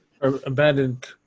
Abandoned